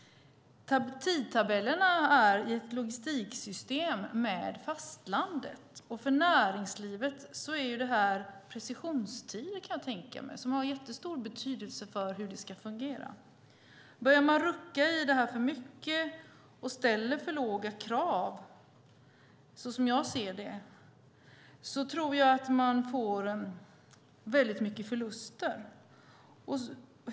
Tidtabellerna är i ett logistiksystem med fastlandet, och för näringslivet kan jag tänka mig att detta är precisionstider som har jättestor betydelse för hur det ska fungera. Börjar man rucka för mycket på detta och ställer för låga krav - det är så jag ser det - tror jag att man får väldigt mycket förluster.